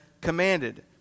commanded